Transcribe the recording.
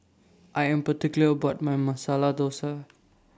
I Am particular about My Masala Thosai